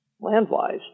land-wise